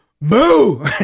boo